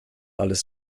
alles